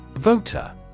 Voter